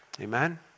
Amen